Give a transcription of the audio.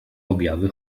objawy